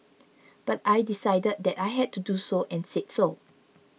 but I decided that I had to do so and said so